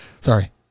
Sorry